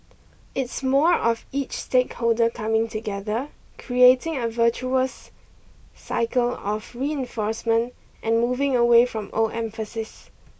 it's more of each stakeholder coming together creating a virtuous cycle of reinforcement and moving away from old emphases